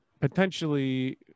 potentially –